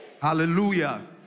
Hallelujah